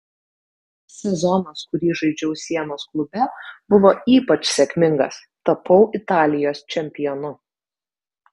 sezonas kurį žaidžiau sienos klube buvo ypač sėkmingas tapau italijos čempionu